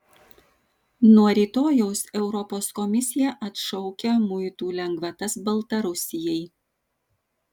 nuo rytojaus europos komisija atšaukia muitų lengvatas baltarusijai